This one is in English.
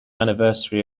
anniversary